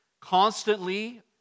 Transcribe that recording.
constantly